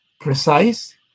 precise